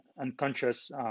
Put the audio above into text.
unconscious